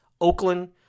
Oakland